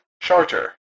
Charter